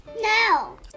No